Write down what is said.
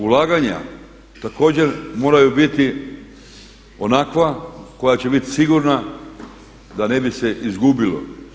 Ulaganja također moraju biti onakva koja će bit sigurna da ne bi se izgubilo.